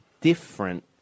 different